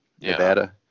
Nevada